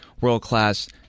world-class